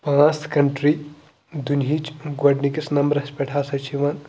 پانٛژھ کنٹِرٛی دُنہِچ گۄڈنِکِس نمبرَس پٮ۪ٹھ ہَسا چھِ یِوان